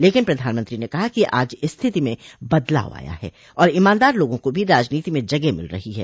लेकिन प्रधानमंत्री ने कहा कि आज स्थिति में बदलाव आया है और ईमानदार लोगों को भी राजनीति में जगह मिल रही है